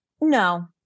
No